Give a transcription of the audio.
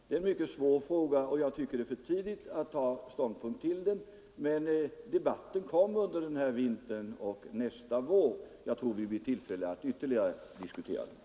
Det är en mycket svår fråga, och jag tycker att det är för tidigt att ta ställning till den nu, men den kommer att debatteras under den här vintern och under nästa vår. Jag tror att vi får tillfälle att ytterligare diskutera den.